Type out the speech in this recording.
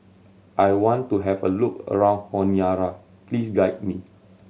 I want to have a look around Honiara please guide me